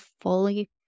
fully